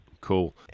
Cool